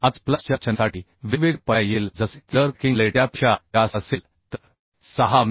आता स्प्लाइसच्या रचनेसाठी वेगवेगळे पर्याय येतील जसे की जर पॅकिंग प्लेट त्यापेक्षा जास्त असेल तर 6 मि